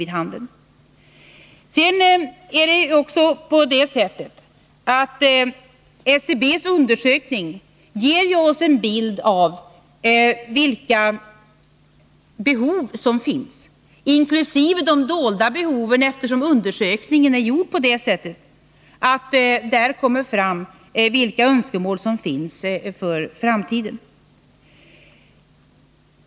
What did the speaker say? Det är också på det sättet att SCB:s undersökning ger oss en bild av vilka behov som föreligger inkl. de dolda behoven, eftersom undersökningen är gjord så att den upptar även önskemål som finns för framtiden.